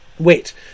Wait